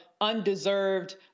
undeserved